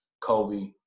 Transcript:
Kobe